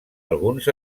alguns